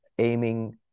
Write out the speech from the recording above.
aiming